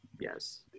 Yes